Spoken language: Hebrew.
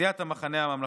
סיעת המחנה הממלכתי,